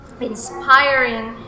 inspiring